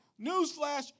newsflash